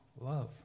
love